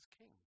King